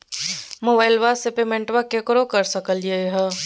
मोबाइलबा से पेमेंटबा केकरो कर सकलिए है?